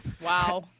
Wow